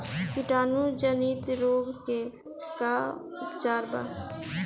कीटाणु जनित रोग के का उपचार बा?